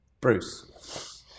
Bruce